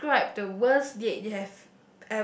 describe the worst date you have